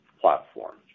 platform